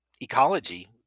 ecology